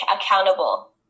accountable